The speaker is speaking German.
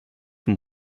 vom